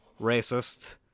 racist